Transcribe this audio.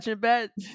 bet